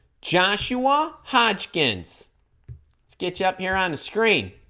joshua hodgkin's let's get you up here on the screen